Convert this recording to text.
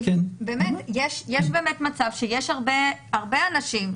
יש באמת מצב שיש הרבה אנשים,